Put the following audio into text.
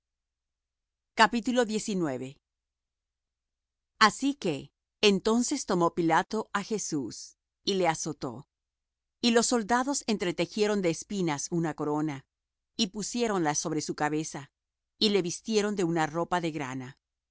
era ladrón asi que entonces tomó pilato á jesús y le azotó y los soldados entretejieron de espinas una corona y pusiéron la sobre su cabeza y le vistieron de una ropa de grana